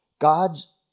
God's